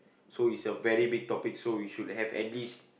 so it's a very big topics so you should have at least